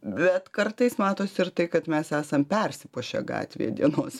bet kartais matosi ir tai kad mes esam persipuošę gatvėje dienos